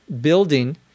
building